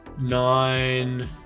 nine